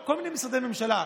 כל מיני משרדי ממשלה,